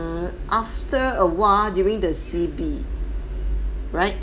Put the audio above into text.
err after a while during the C_B right